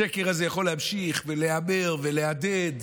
השקר הזה יכול להמשיך ולהיאמר ולהדהד